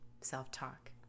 self-talk